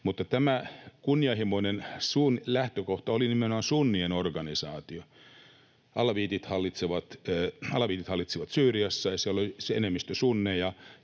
Mutta tämä kunnianhimoinen lähtökohta oli nimenomaan sunnien organisaatio. Alaviitit hallitsivat Syyriassa, ja siellä oli se enemmistö sunneja.